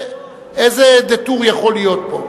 איזה detour יכול להיות פה?